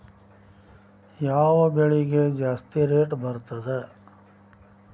ಯಾವ ಬೆಳಿಗೆ ಜಾಸ್ತಿ ರೇಟ್ ಇರ್ತದ?